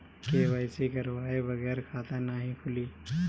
KYC करवाये बगैर खाता नाही खुली?